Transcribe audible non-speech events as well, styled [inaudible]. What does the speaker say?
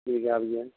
[unintelligible]